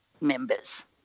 members